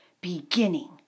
beginning